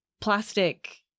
plastic